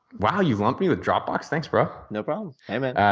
wow, you've lumped me with dropbox? thanks, bro. no but um